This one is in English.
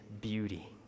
beauty